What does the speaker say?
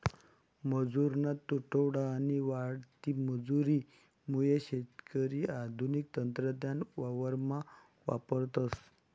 मजुरना तुटवडा आणि वाढती मजुरी मुये शेतकरी आधुनिक तंत्रज्ञान वावरमा वापरतस